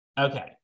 Okay